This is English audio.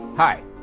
Hi